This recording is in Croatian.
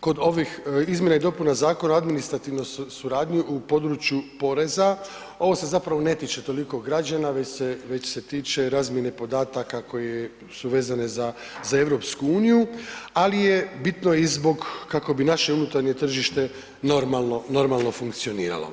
kod ovih izmjena i dopuna Zakona o administrativnoj suradnji u području porezna, ovo se zapravo ne tiče toliko građana, već se tiče razmjene podataka koji su vezani za EU, ali je bitno i zbog kako bi naše unutarnje tržište normalno, normalno funkcioniralo.